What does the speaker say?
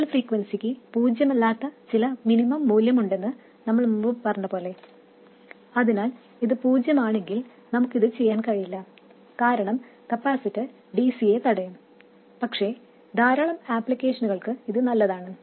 signal ഫ്രീക്വൻസിക്ക് പൂജ്യമല്ലാത്ത ചില മിനിമം മൂല്യമുണ്ടെന്ന് നമ്മൾ മുമ്പ് പറഞ്ഞപോലെ അതിനാൽ ഇത് പൂജ്യമാണെങ്കിൽ നമുക്ക് ഇത് ചെയ്യാൻ കഴിയില്ല കാരണം കപ്പാസിറ്ററിൽ dc യെ തടയും പക്ഷേ ധാരാളം ആപ്ലിക്കേഷനുകൾക്ക് ഇത് നല്ലതാണ്